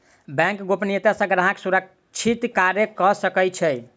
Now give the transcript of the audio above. bank गोपनियता सॅ ग्राहक सुरक्षित कार्य कअ सकै छै